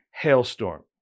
hailstorm